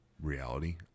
reality